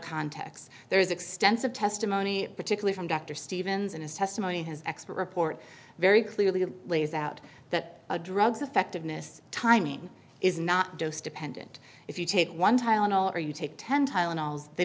context there is extensive testimony particularly from dr stephens and his testimony has expert report very clearly lays out that a drug's effectiveness timing is not dose dependent if you take one tylenol or you take ten tile and they